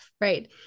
Right